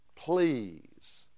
please